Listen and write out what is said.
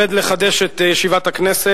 חברי חברי הכנסת,